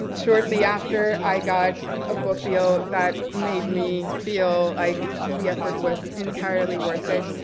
and shortly after i got a book deal that made me feel like the effort was entirely worth it.